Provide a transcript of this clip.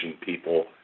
people